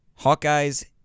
Hawkeyes